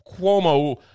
Cuomo